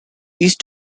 east